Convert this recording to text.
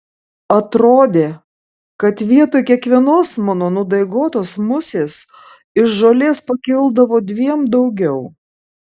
atrodė kad vietoj kiekvienos mano nudaigotos musės iš žolės pakildavo dviem daugiau